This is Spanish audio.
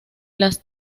las